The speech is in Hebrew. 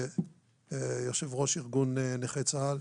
יו"ר ארגון נכי צה"ל